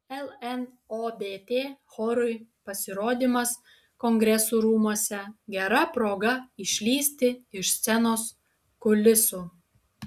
lnobt chorui pasirodymas kongresų rūmuose gera proga išlįsti iš scenos kulisų